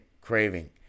craving